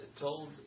told